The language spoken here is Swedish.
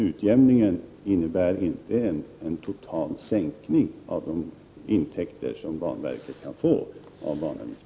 Utjämningen innebär inte en total minskning av de intäkter som banverket kan få av banorna.